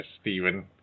Stephen